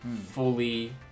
fully